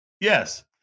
Yes